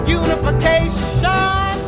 unification